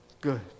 good